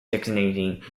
designating